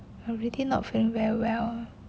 already not feeling very well